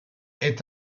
est